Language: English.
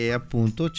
appunto